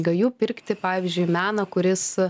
gaju pirkti pavyzdžiui meną kuris